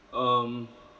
um